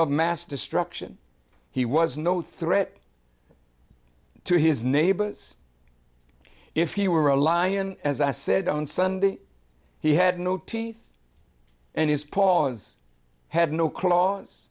of mass destruction he was no threat to his neighbors if you were a lion as i said on sunday he had no teeth and his paws had no claws